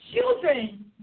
children